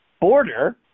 border